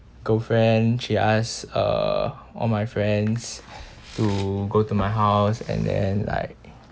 girlfriend she ask uh all my friends to go to my house and then like